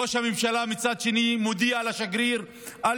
וראש הממשלה מצד שני מודיע לשגריר: אל